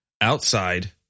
outside